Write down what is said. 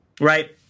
right